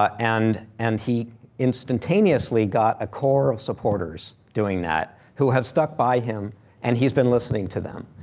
ah and and he instantaneously got a core of supporters doing that who have stuck by him and he's been listening to them.